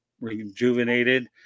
rejuvenated